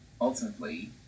ultimately